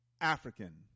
African